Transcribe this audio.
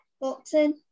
Boxing